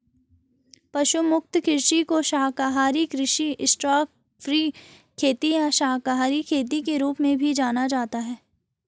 पशु मुक्त कृषि को शाकाहारी कृषि स्टॉकफ्री खेती या शाकाहारी खेती के रूप में भी जाना जाता है